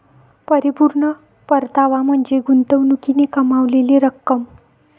परिपूर्ण परतावा म्हणजे गुंतवणुकीने कमावलेली रक्कम